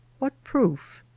what proof?